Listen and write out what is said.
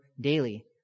daily